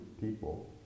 people